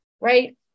right